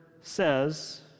says